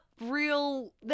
real